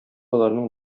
аларның